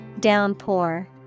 Downpour